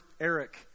Eric